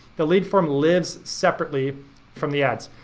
the lead form lives separately from the ads.